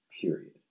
period